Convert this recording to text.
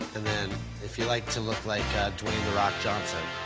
and then if you'd like to look like dwayne the rock johnson.